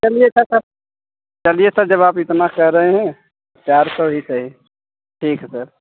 चलिए सर तब चलिए सर जब आप इतना कहे रहे हैं चार सौ ही सही ठीक है सर